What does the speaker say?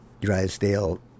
Drysdale